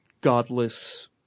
godless